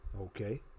Okay